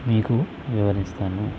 మీకు వివరిస్తాను